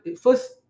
First